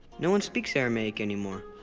no one speaks aramaic anymore.